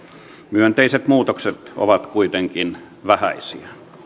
myönteiset muutokset ovat kuitenkin vähäisiä